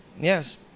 Yes